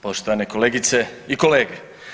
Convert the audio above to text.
Poštovane kolegice i kolege.